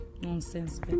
nonsense